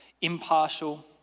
impartial